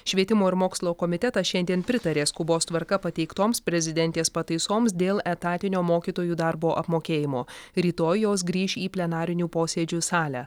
švietimo ir mokslo komitetas šiandien pritarė skubos tvarka pateiktoms prezidentės pataisoms dėl etatinio mokytojų darbo apmokėjimo rytoj jos grįš į plenarinių posėdžių salę